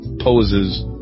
poses